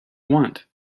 want